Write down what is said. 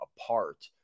apart